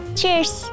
Cheers